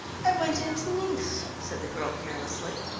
i went into nice, said the girl carelessly.